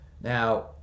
now